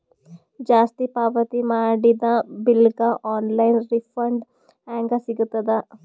ಜಾಸ್ತಿ ಪಾವತಿ ಮಾಡಿದ ಬಿಲ್ ಗ ಆನ್ ಲೈನ್ ರಿಫಂಡ ಹೇಂಗ ಸಿಗತದ?